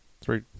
three